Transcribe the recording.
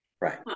Right